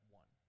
one